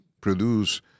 produce